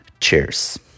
Cheers